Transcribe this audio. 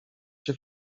się